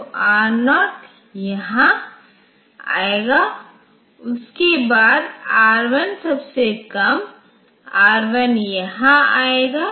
तो R0 यहाँ आएगा उसके बाद R1 सबसे कम R1 यहाँ आएगा